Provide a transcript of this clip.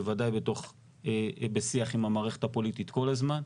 בוודאי בשיח עם המערכת הפוליטית כל הזמן,